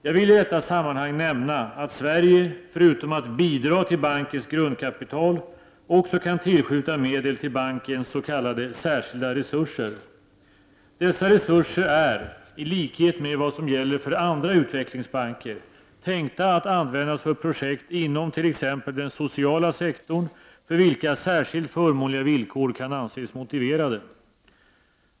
Jag vill i detta sammanhang nämna att Sverige, förutom att bidra till bankens grundkapital, också kan tillskjuta medel till bankens s.k. särskilda resurser. Dessa resurser är — i likhet med vad som gäller för andra utvecklingsbanker — tänkta att användas för projekt inom t.ex. den sociala sektorn för vilka särskilt förmånliga villkor kan anses motiverade.